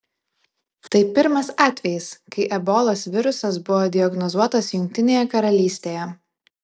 tai pirmas atvejis kai ebolos virusas buvo diagnozuotas jungtinėje karalystėje